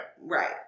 Right